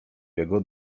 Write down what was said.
jego